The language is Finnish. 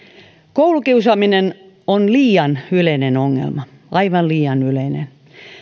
koulukiusaaminen on liian yleinen ongelma aivan liian yleinen